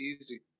Easy